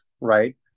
right